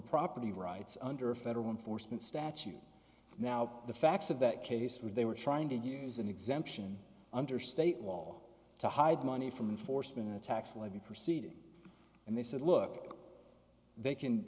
property rights under federal enforcement statute now the facts of that case were they were trying to use an exemption under state law to hide money from foresman a tax levy proceed and they said look they can